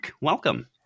welcome